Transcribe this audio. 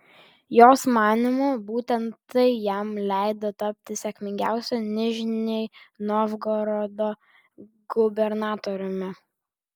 jos manymu būtent tai jam leido tapti sėkmingiausiu nižnij novgorodo gubernatoriumi